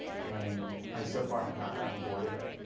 and i so far have not gotten bored of it.